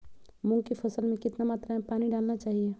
मूंग की फसल में कितना मात्रा में पानी डालना चाहिए?